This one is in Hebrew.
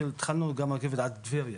התחלנו גם רכבת מעפולה עד טבריה.